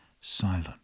silent